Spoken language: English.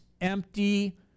empty